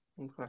okay